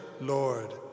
Lord